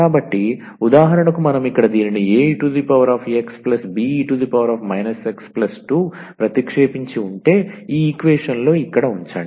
కాబట్టి ఉదాహరణకు మనం ఇక్కడ దీనిని 𝑎𝑒𝑥 𝑏𝑒−𝑥 2 ప్రతిక్షేపిస్తే ఉంటే ఈ ఈక్వేషన్ లో ఇక్కడ ఉంచండి